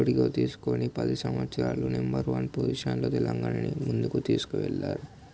గుప్పెడుగా తీసుకొని పది సంవత్సరాలు నెంబర్ వన్ పొజిషన్లో తెలంగాణని ముందుకు తీసుకువెళ్లారు